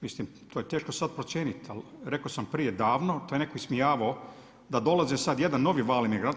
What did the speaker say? Mislim to je teško sada procijeniti, ali rekao sam prije davno, to je netko ismijavao da dolazi sada jedan novi val emigranata.